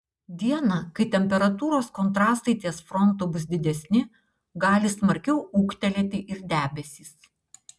dieną kai temperatūros kontrastai ties frontu bus didesni gali smarkiau ūgtelėti ir debesys